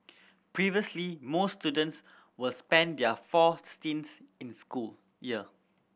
previously most students was spend their four stints in school year